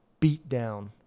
beatdown